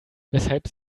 weshalb